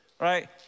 right